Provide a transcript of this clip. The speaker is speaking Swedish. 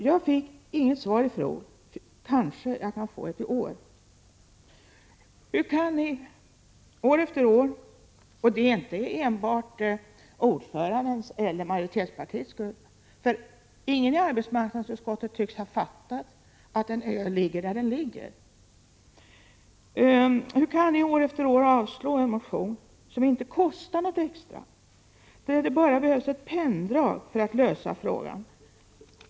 Jag fick inget svar på frågan i fjol, men jag kanske kan få ett i år. : Detta är inte enbart ordförandens eller majoritetspartiets skuld, för ingen i arbetsmarknadsutskottet tycks ha fattat att en ö ligger där den ligger. Hur kan ni år efter år avslå en motion som inte kostar något extra, när det bara behövs ett penndrag för att lösa frågan?